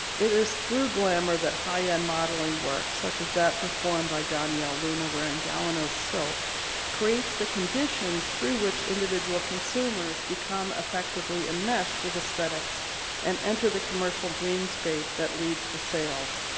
it is through glamour that high-end modeling works such as that performed by donyale luna wearing galanos silk creates the conditions through which individual consumers become effectively enmeshed with aesthetics and enter the commercial dreamscape that leads to sales.